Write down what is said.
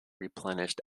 replenished